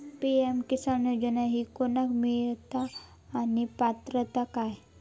PM Kisan योजना ही कोणाक मिळता आणि पात्रता काय?